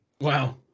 Wow